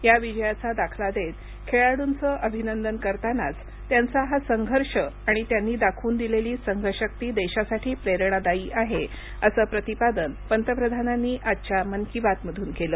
या विजयाचा दाखला देत खेळाडूंचं अभिनंदन करतानाच त्यांचा हा संघर्ष आणि त्यांनी दाखवून दिलेली संघशक्ती देशासाठी प्रेरणादायी आहे असं प्रतिपादन पंतप्रधानांनी आजच्या मन की बात मधून केलं